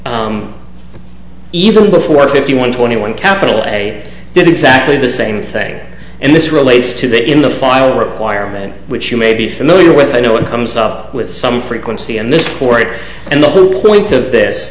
may even before fifty one twenty one capital a did exactly the same thing and this relates to that in the file requirement which you may be familiar with i know it comes up with some frequency and this court and the who point of this